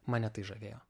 mane tai žavėjo